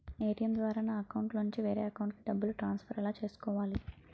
ATM ద్వారా నా అకౌంట్లోనుంచి వేరే అకౌంట్ కి డబ్బులు ట్రాన్సఫర్ ఎలా చేసుకోవాలి?